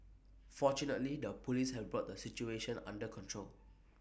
fortunately the Police have brought the situation under control